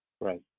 Right